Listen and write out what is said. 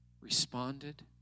responded